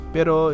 Pero